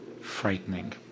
frightening